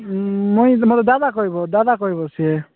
ମୁଇଁ ମୋତେ ଦାଦା କହିବ ଦାଦା କହିବ ସିଏ